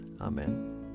Amen